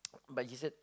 but he said